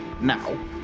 Now